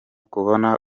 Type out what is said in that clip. kubona